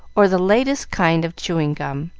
or the latest kind of chewing-gum.